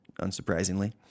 unsurprisingly